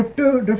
ah to to